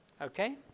Okay